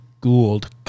Gould